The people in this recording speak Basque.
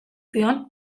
zion